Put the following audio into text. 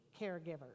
caregivers